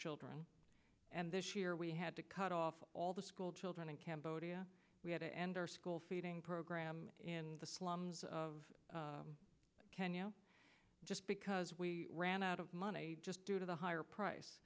children and this year we had to cut off all the school children in cambodia we had to end our school feeding program in the slums of kenya just because we ran out of money just due to the higher price